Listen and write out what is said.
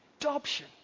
adoption